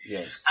Yes